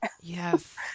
Yes